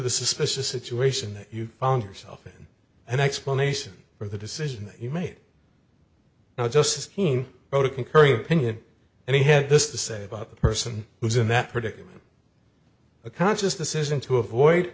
the suspicious situation you found yourself in an explanation for the decision you made i just seen botha concurring opinion and he had this to say about the person who's in that predicament a conscious decision to avoid